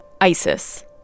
ISIS